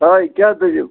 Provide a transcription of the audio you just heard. ہاے کیٛاہ دٔلیٖل